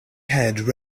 head